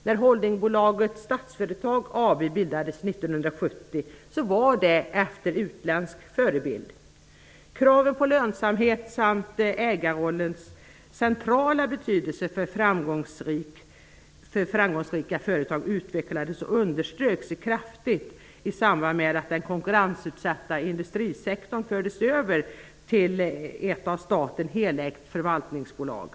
När holdingbolaget Statsföretag AB bildades 1970 var det efter utländsk förebild. Kraven på lönsamhet samt ägarrollens centrala betydelse för framgångsrika företag underströks kraftigt i samband med att de konkurrensutsatta industriföretagen fördes över till ett av staten helägt förvaltningsbolag.